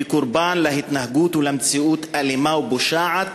קורבן להתנהגות ולמציאות אלימה ופושעת